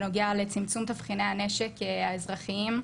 בנוגע לצמצום תבחיני הנשק האזרחיים,